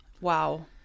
Wow